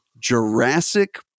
Jurassic